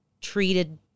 treated